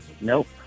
Nope